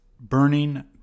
burning